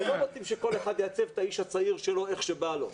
אנחנו לא רוצים שכל אחד יעצב את האיש הצעיר שלו איך שבא לו.